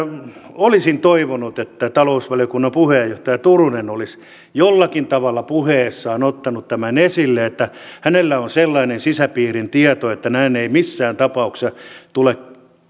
olisin toivonut että talousvaliokunnan puheenjohtaja turunen olisi jollakin tavalla puheessaan ottanut tämän esille että hänellä on sellainen sisäpiirin tieto että näin ei missään tapauksessa tule